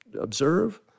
observe